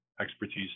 expertise